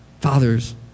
Fathers